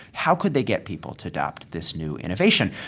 how could they get people to adopt this new innovation?